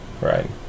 Right